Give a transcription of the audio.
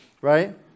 right